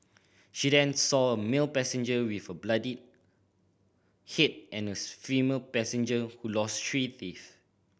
she then saw a male passenger with a bloodied head and a female passenger who lost three teeth